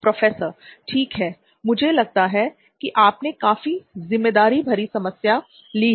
professor ठीक है मुझे लगता है कि आपने काफी ज़िम्मेदार भरी समस्या ली है